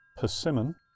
persimmon